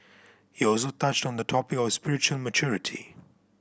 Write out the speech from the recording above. he also touched on the topic of spiritual maturity